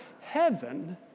heaven